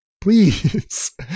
Please